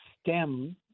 STEM